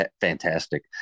fantastic